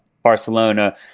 Barcelona